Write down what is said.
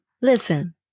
Listen